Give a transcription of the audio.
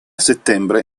settembre